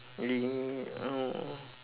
uh uh